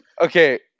Okay